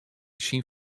syn